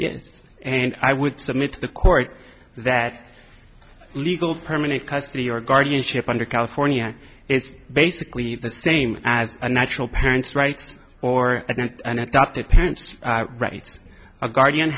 yes and i would submit to the court that legal permanent custody or guardianship under california is basically the same as a natural parent's rights or an adoptive parents rights a guardian